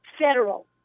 federal